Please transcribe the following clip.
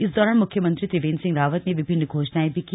इस दौरान मुख्यमंत्री त्रिवेन्द्र सिंह रावत ने विभिन्न घोषणाएं भी की